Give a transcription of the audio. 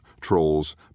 trolls